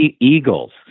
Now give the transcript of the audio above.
Eagles